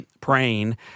praying